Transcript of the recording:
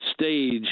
stage